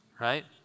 right